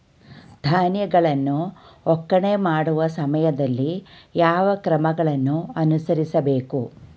ಧಾನ್ಯಗಳನ್ನು ಒಕ್ಕಣೆ ಮಾಡುವ ಸಮಯದಲ್ಲಿ ಯಾವ ಕ್ರಮಗಳನ್ನು ಅನುಸರಿಸಬೇಕು?